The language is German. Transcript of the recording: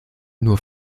nur